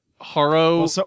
Haro